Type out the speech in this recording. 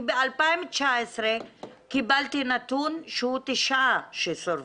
כי ב-2019 קיבלתי נתון שהוא תשעה שסורבו.